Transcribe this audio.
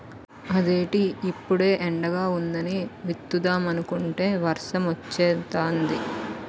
అదేటి ఇప్పుడే ఎండగా వుందని విత్తుదామనుకుంటే వర్సమొచ్చేతాంది